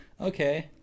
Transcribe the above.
okay